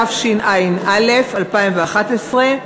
התשע"א 2011,